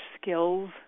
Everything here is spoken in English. skills